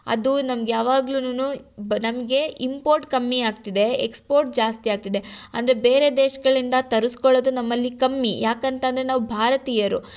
ಅದು ನಮ್ಗೆ ಯಾವಾಗ್ಲುನು ಬ ನಮಗೆ ಇಂಪೋರ್ಟ್ ಕಮ್ಮಿ ಆಗ್ತಿದೆ ಎಕ್ಸ್ಪೋರ್ಟ್ ಜಾಸ್ತಿ ಆಗ್ತಿದೆ ಅಂದರೆ ಬೇರೆ ದೇಶಗಳಿಂದ ತರಿಸ್ಕೊಳ್ಳೋದು ನಮ್ಮಲ್ಲಿ ಕಮ್ಮಿ ಯಾಕಂತಂದ್ರೆ ನಾವು ಭಾರತೀಯರು